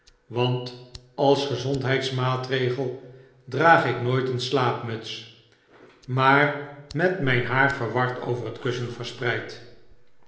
want als gezondheidsmaatregel draag ik nooit een slaapmuts maar met myn haar verward over het kussen verspreid